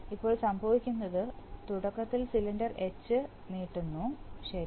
ഇപ്പോൾ സംഭവിക്കുന്നത് തുടക്കത്തിൽ സിലിണ്ടർ എച്ച് നീട്ടുന്നു ശരി